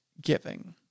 giving